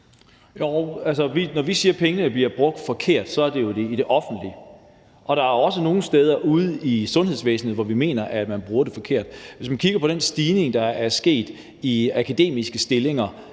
Når vi siger, at pengene bliver brugt forkert, er det jo, fordi de bliver brugt i det offentlige, og der er også nogle steder ude i sundhedsvæsenet, hvor vi mener at man bruger dem forkert. Hvis vi kigger på stillinger, mener vi, at den stigning,